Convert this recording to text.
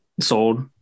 sold